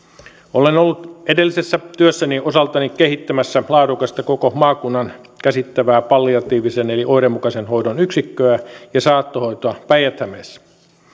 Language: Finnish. olen ollut edellisessä työssäni osaltani kehittämässä laadukasta koko maakunnan käsittävää palliatiivisen eli oireenmukaisen hoidon yksikköä ja saattohoitoa päijät hämeessä